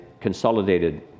consolidated